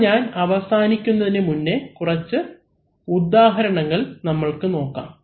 അത് ഞാൻ അവസാനിക്കുന്നതിന് മുന്നേ കുറച്ച് ഉദാഹരണങ്ങൾ നമ്മൾക്ക് നോക്കാം